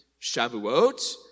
Shavuot